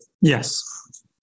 Yes